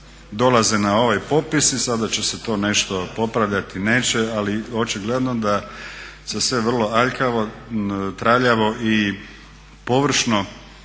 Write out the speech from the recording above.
dolaze na ovaj popis i sada će se to nešto popravljati, neće ali očigledno da se sve vrlo aljkavo, traljavo i površno